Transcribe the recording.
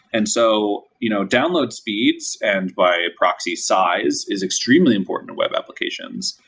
and so you know download speeds and by proxy size is extremely important web applications.